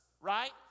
right